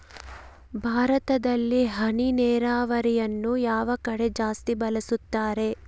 ಭಾರತದಲ್ಲಿ ಹನಿ ನೇರಾವರಿಯನ್ನು ಯಾವ ಕಡೆ ಜಾಸ್ತಿ ಬಳಸುತ್ತಾರೆ?